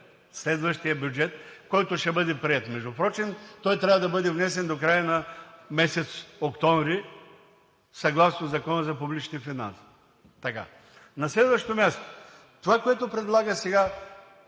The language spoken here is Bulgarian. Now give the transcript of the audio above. следващия бюджет, който ще бъде приет. Междупрочем той трябва да бъде внесен до края на месец октомври съгласно Закона за публичните финанси. На следващо място, това, което предлага сега